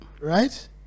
Right